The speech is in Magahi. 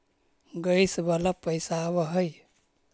गैस वाला पैसा आव है?